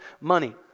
money